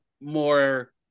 More